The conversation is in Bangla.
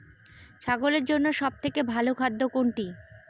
ছাগলের জন্য সব থেকে ভালো খাদ্য কোনটি?